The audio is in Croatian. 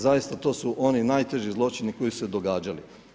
Zaista to su oni najteži zločini koji su se događali.